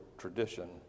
Tradition